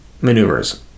maneuvers